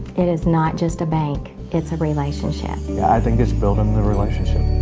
it is not just a bank, it's a relationship. i think it's building the relationship.